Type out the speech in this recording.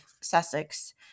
Sussex